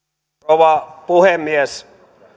rouva puhemies